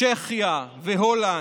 צ'כיה והולנד,